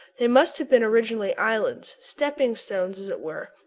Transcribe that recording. they must have been originally islands stepping-stones, as it were,